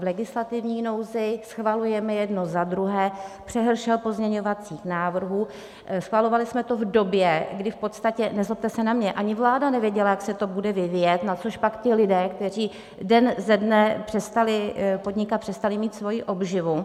V legislativní nouzi schvalujeme jedno za druhým, přehršel pozměňovacích návrhů, schvalovali jsme to v době, kdy v podstatě, nezlobte se na mě, ani vláda nevěděla, jak se to bude vyvíjet, natožpak ti lidé, kteří den ze dne přestali podnikat, přestali mít svoji obživu.